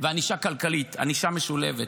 וענישה כלכלית, ענישה משולבת.